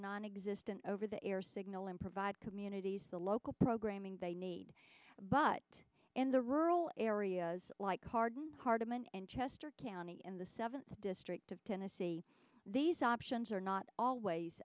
nonexistent over the air signal and provide communities the local programming they need but in the rural areas like arden hardiman and chester county in the seventh district of tennessee these options are not always